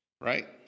right